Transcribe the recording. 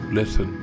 listen